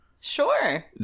Sure